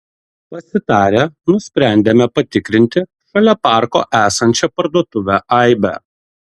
pasitarę nusprendėme patikrinti šalia parko esančią parduotuvę aibė